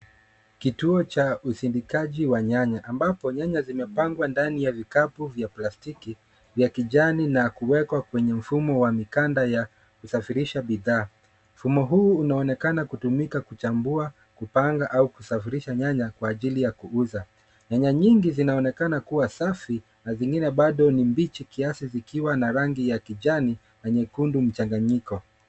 Kituo cha usindikaji wa nyanya ambapo nyanya zimepangwa ndani ya vikapu vya plastiki vya kijani na kuwekwa kwa mfumo wa mikanda ya kusafirisha bidhaa. Mfumo huu unaonekana kutumika kuchambua, kupanga au kusafirisha nyanya kwa ajiri ya kuuza. Nyanya nyingi zinaonekana kuwa safi, na zingine bado ni mbichi kiasi zikiwa na rangi ya kijani na nyekundu mchanganyiko.